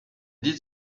did